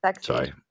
Sorry